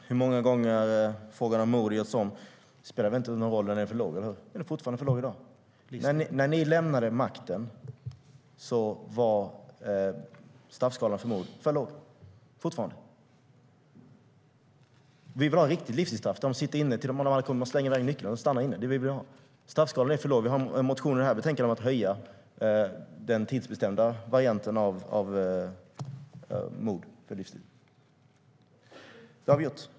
Fru talman! Hur många gånger straffet för mord görs om spelar väl ingen roll när det är för lågt? Det är fortfarande för lågt i dag. När ni lämnade makten var straffskalan för mord fortfarande för låg. Vi vill ha ett riktigt livstidsstraff där nycklarna slängs iväg och där man får stanna kvar. Straffskalan är för låg. Vi har en motion i det här betänkandet om att höja den tidsbestämda varianten av straffet för mord till livstid.